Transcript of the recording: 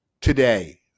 today